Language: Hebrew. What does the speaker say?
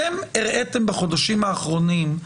אתם הראיתם בחודשים האחרונים,